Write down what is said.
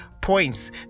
points